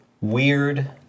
weird